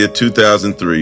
2003